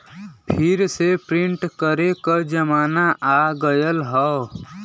फिर से प्रिंट करे क जमाना आ गयल हौ